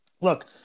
Look